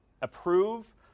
approve